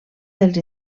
dels